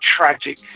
tragic